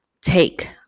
take